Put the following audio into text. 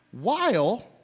while